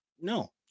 no